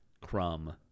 Crumb